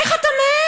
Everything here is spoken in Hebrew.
איך אתה מעז?